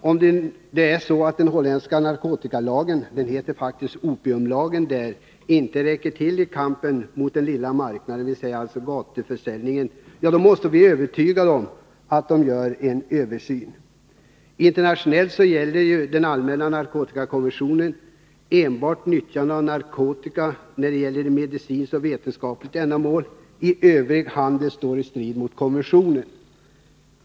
Om den holländska narkotikalagen — den heter faktiskt opiumlagen — inte räcker till i kampen när det gäller den lilla marknaden, alltså gatuförsäljningen, måste vi övertyga dem där om att det är viktigt med en översyn. Internationellt gäller den allmänna narkotikakonventionen enbart nyttjande av narkotika när det gäller medicinskt och vetenskapligt ändamål. Övrig handel står i strid mot konventionen.